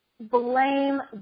blame